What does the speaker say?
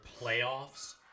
playoffs